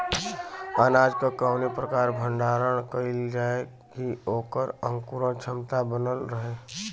अनाज क कवने प्रकार भण्डारण कइल जाय कि वोकर अंकुरण क्षमता बनल रहे?